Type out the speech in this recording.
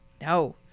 no